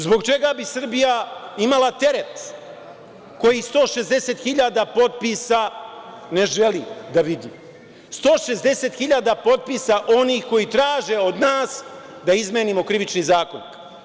Zbog čega bi Srbija imala teret koji 160.000 potpisa ne želi da vidi, 160.000 potpisa onih koji traže od nas da izmenimo Krivični zakonik.